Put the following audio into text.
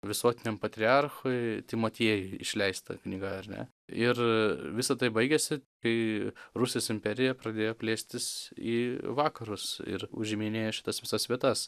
visuotiniam patriarchui timotiejui išleista knyga ar ne ir visa tai baigėsi kai rusijos imperija pradėjo plėstis į vakarus ir užiminėjo šitas visas vietas